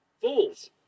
fools